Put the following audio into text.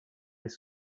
les